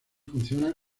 funciona